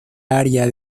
área